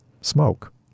smoke